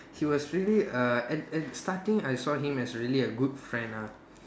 he was really uh at at starting I saw him as really a good friend uh